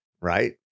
right